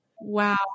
wow